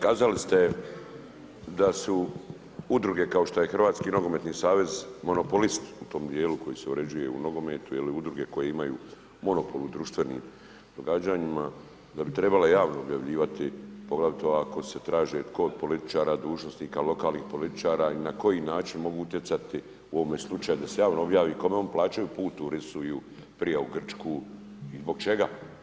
Kazali ste da su udruge kao što je Hrvatski nogometni savez monopolist u tom dijelu koji se uređuje u nogometu, udruge koje imaju monopol u društvenim događanjima da bi trebala javno objavljivati, poglavito ako se traže kod političara, dužnosnika, lokalnih političara i na koji način mogu utjecati u ovome slučaju da se javno objavi kome oni plaćaju put u Rusiju, prije u Grčku i zbog čega.